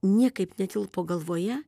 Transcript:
niekaip netilpo galvoje